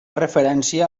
referència